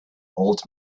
old